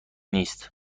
نیست